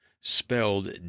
spelled